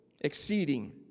exceeding